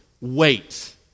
wait